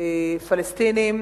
הפלסטינים